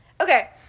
Okay